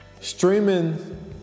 Streaming